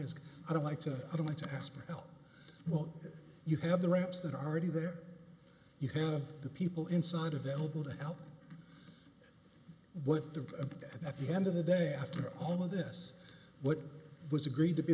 to i don't want to ask for help well you have the reps that are already there you have the people inside available to help but the at the end of the day after all of this what was agreed to be